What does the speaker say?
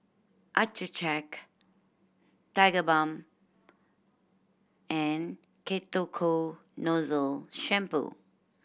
Accucheck Tigerbalm and Ketoconazole Shampoo